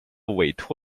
委托